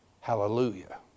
Hallelujah